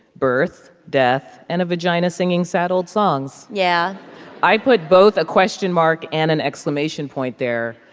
birth, death and a vagina singing sad, old songs yeah i put both a question mark and an exclamation point there.